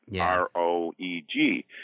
R-O-E-G